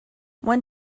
one